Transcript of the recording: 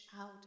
out